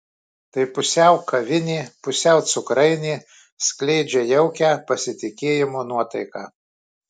tai pusiau kavinė pusiau cukrainė skleidžia jaukią pasitikėjimo nuotaiką